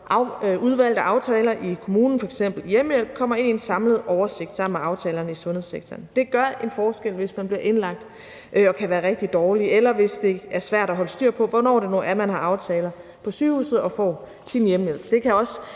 udvalgte aftaler i kommunen – om f.eks. hjemmehjælp – kommer i en samlet oversigt sammen med aftalerne i sundhedssektoren. Det gør en forskel, hvis man bliver indlagt og kan være rigtig dårlig, eller hvis det er svært at holde styr på, hvornår det nu er, man har aftaler på sygehuset eller får sin hjemmehjælp. Det kan også